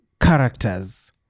characters